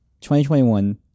2021